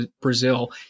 Brazil